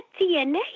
DNA